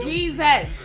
Jesus